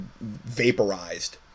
vaporized